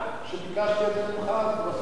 כשביקשתי את זה ממך אז?